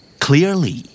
Clearly